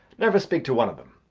never speak to one of them.